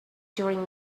during